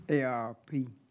ARP